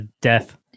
Death